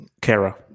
Kara